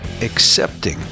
accepting